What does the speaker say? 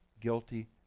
Guilty